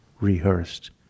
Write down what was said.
rehearsed